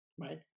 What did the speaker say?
right